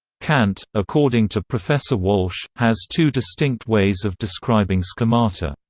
kant, according to professor walsh, has two distinct ways of describing schemata.